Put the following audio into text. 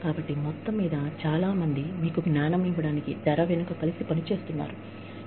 కాబట్టి పూర్తి జ్ఞానం మీకు ఇవ్వడానికి చాలా మంది ప్రజలు తెరవెనుక కలిసి పనిచేస్తున్నారు